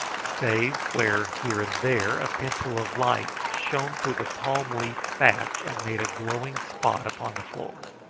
save where here and there a pencil of light shone through the palm-leaf thatch and made a glowing spot upon the floor.